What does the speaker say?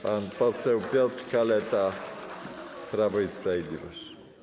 Pan poseł Piotr Kaleta, Prawo i Sprawiedliwość.